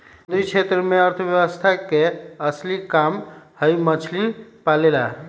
समुद्री क्षेत्र में अर्थव्यवस्था के असली काम हई मछली पालेला